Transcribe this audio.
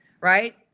Right